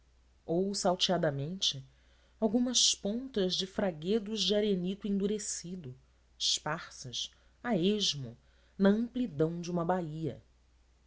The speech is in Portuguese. ou salteadamente algumas pontas de fraguedos de arenito endurecido esparsas a esmo na amplidão de uma baía